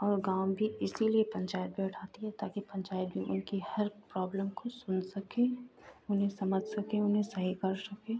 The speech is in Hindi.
और गाँव भी इसीलिए पंचायत बैठाती है ताकि पंचायत भी उनकी हर प्रॉब्लम को सुन सके उन्हें समझ सके उन्हें सही कर सके